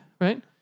Right